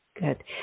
Good